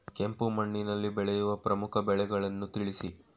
ಕೆಂಪು ಮಣ್ಣಿನಲ್ಲಿ ಬೆಳೆಯುವ ಪ್ರಮುಖ ಬೆಳೆಗಳನ್ನು ತಿಳಿಸಿ?